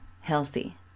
healthy